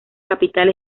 capital